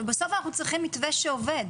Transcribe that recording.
בסוף אנחנו צריכים מתווה שעובד.